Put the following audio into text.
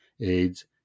AIDS